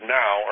now